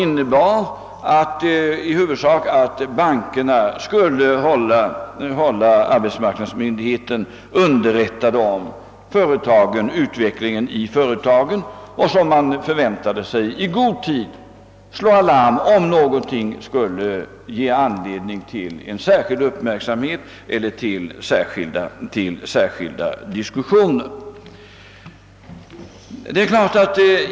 Detta avtal innebar i huvudsak att bankerna skulle hålla arbetsmarknadsmyndigheten underrättad om utvecklingen i företagen och — som man förväntade sig — i god tid slå larm, om någonting skulle ge anledning till speciell uppmärksamhet eller till särskilda diskussioner.